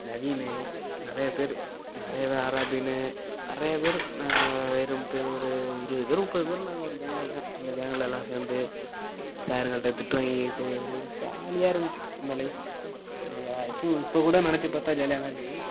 நவீனு நிறையா பேர் நிறைய ஆராபீனு நிறையா பேர் நாங்கள் வைரமுத்து ஒரு இருபது பேர் முப்பது பேர் நாங்கள் ஒரு கேங்காக இருப்போம் அந்த கேங்குலல்லாம் சேர்ந்து சார்ங்கள்ட்ட திட்டு வாங்கிக்கிட்டு ஜாலியாக இருந்துச்சு அந்த லைஃப்பு அங்கே யாராச்சும் இப்போது கூட நினச்சி பார்த்தா ஜாலியாக தான் இருக்குது